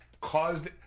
caused